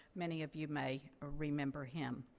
many of you may remember him.